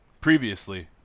Previously